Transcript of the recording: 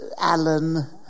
Alan